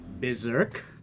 Berserk